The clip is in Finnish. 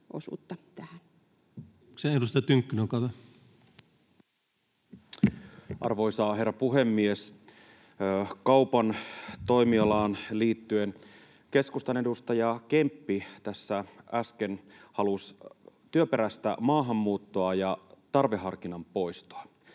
Arvoisa herra puhemies! Kaupan toimialaan liittyen keskustan edustaja Kemppi tässä äsken halusi työperäistä maahanmuuttoa ja tarveharkinnan poistoa.